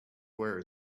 where